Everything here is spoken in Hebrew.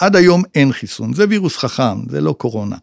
עד היום אין חיסון, זה וירוס חכם, זה לא קורונה.